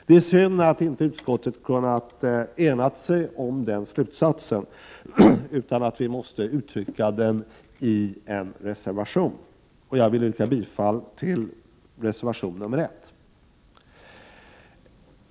Det är synd att utskottet inte har kunnat ena sig om den slutsatsen, utan att den måste uttryckas i en reservation. Jag yrkar bifall till reservation nr 1.